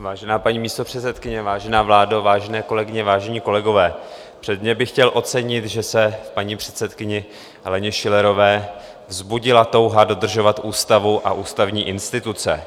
Vážená paní místopředsedkyně, vážená vládo, vážené kolegyně, vážení kolegové, předně bych chtěl ocenit, že se v paní předsedkyni Aleně Schillerové vzbudila touha dodržovat ústavu a ústavní instituce.